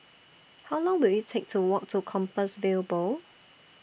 How Long Will IT Take to Walk to Compassvale Bow